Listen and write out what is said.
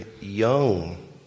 young